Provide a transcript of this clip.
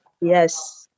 Yes